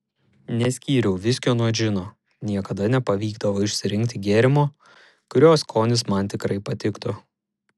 neskyriau viskio nuo džino niekada nepavykdavo išsirinkti gėrimo kurio skonis man tikrai patiktų